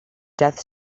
death